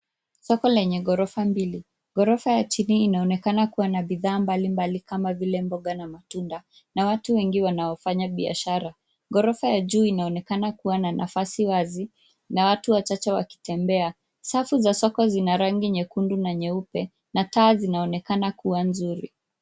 Soko lenye ghorofa mbili. Ghorofa ya chini inaonekana kuwa na bidhaa mbalimbali kama vile mboga na matunda na watu wengi wanaofanya biashara. Ghorofa ya juu inaonekana kuwa na nafasi wazi na watu wachache wakitembea. Safu za soko zina rangi nyekundu na nyeupe na taa zinaonekana kuwa nzuri.